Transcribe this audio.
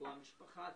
או המשפחה,